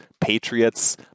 Patriots